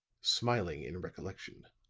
smiling in recollection,